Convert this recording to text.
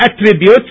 attributes